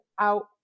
out